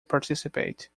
participate